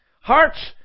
Hearts